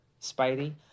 Spidey